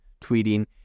tweeting